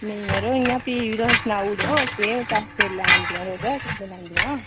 नेईं यरो इ'यां प्ही बी तुस सनाई ओड़ो केह् पैसे लैंदियां तुस किन्ने लैंदिया